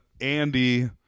Andy